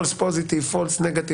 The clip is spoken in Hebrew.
False Positives and False Negatives,